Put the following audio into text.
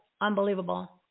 unbelievable